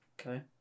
Okay